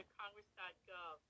congress.gov